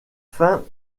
fin